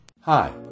Hi